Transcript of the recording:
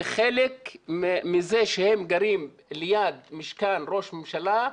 זה חלק מזה שהם גרים ליד משכן ראש ממשלה,